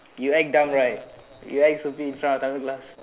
you act dumb right you act stupid in front of other class